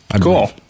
Cool